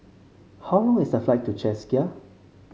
how long is the flight to Czechia